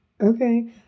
Okay